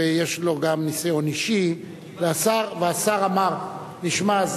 ויש לו גם ניסיון אישי, והשר אמר: נשמע.